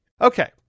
Okay